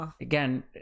Again